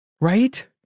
Right